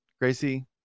Gracie